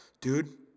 dude